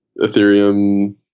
Ethereum